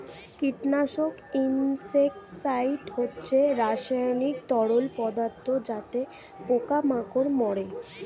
কীটনাশক ইনসেক্টিসাইড হচ্ছে রাসায়নিক তরল পদার্থ যাতে পোকা মাকড় মারে